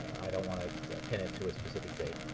i don't want to pin it to a specific date.